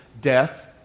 Death